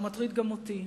הוא מטריד גם אותי,